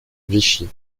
vichy